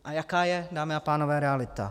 A jaká je, dámy a pánové, realita?